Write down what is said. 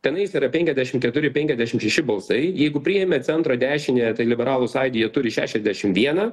tenais yra penkiasdešim keturi penkiasdešim šeši balsai jeigu priėmė centro dešiniąją tai liberalų sąjūdyje turi šešiasdešim vieną